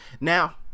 Now